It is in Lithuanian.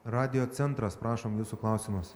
radijo centras prašom jūsų klausimas